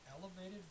elevated